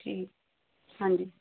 ਠੀਕ ਹਾਂਜੀ